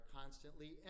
constantly